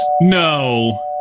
No